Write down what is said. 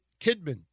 Kidman